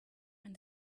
and